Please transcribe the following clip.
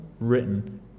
written